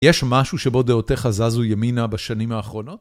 יש משהו שבו דעותיך זזו ימינה בשנים האחרונות?